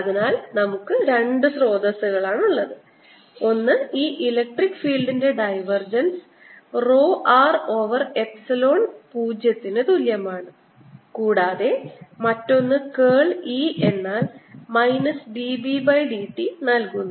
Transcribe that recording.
അതിനാൽ നമുക്ക് രണ്ട് സ്രോതസ്സുകളുണ്ട് ഒന്ന് ഈ ഇലക്ട്രിക് ഫീൽഡിന്റെ divergence rho r over epsilon 0 ന് തുല്യമാണ് കൂടാതെ മറ്റൊന്ന് കേൾ E എന്നാൽ മൈനസ് dB by dt നൽകുന്നു